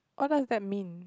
what does that mean